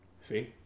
See